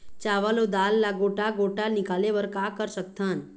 चावल अऊ दाल ला गोटा गोटा निकाले बर का कर सकथन?